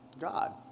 God